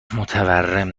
متورم